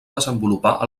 desenvolupar